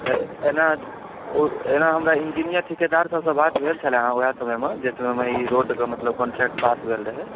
तऽ एना ओ एना हमरा इंजीनियर ठीकेदार सब सऽ बात भेल छलए वएह समय मे जाहि समय मे ई रोडके मतलब कॉन्ट्रैक्ट पास भेल रहै